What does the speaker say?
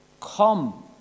come